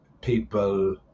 people